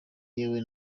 yewe